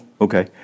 okay